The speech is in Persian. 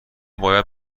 باید